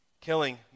killing